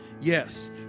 Yes